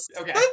Okay